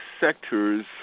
sectors